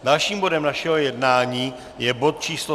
Dalším bodem našeho jednání je bod číslo